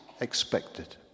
expected